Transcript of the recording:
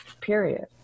period